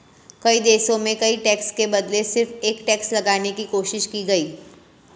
कई देशों में कई टैक्स के बदले सिर्फ एक टैक्स लगाने की कोशिश की गयी